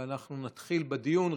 נתחיל בדיון.